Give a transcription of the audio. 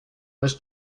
was